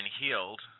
healed